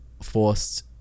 forced